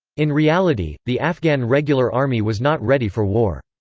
in reality, the afghan regular army was not ready for war.